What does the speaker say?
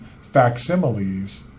facsimiles